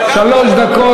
יש לך שלוש דקות,